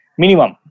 Minimum